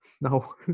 No